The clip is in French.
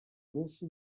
montcy